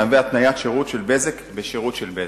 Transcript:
מהווה התניית שירות של בזק בשירות של בזק.